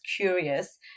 curious